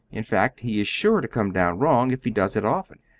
in fact, he is sure to come down wrong if he does it often.